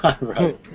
Right